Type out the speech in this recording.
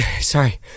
sorry